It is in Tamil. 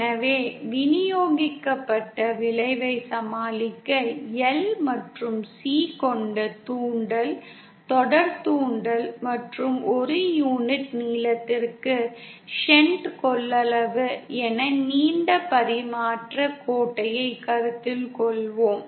எனவே விநியோகிக்கப்பட்ட விளைவைச் சமாளிக்க L மற்றும் C கொண்ட தூண்டல் தொடர் தூண்டல் மற்றும் ஒரு யூனிட் நீளத்திற்கு ஷன்ட் கொள்ளளவு என நீண்ட பரிமாற்றக் கோட்டைக் கருத்தில் கொள்வோம்